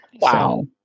Wow